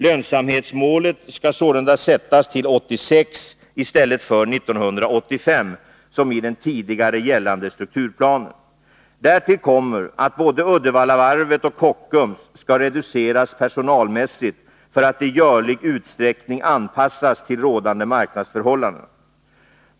Lönsamhetsmålet skall sålunda sättas till 1986 i stället för till 1985 som i den tidigare gällande strukturplanen. Därtill kommer att både Uddevallavarvet och Kockums skall reduceras personalmässigt för att i görlig utsträckning anpassas till rådande marknadsförhållanden.